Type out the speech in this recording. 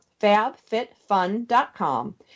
fabfitfun.com